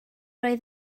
oedd